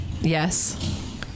Yes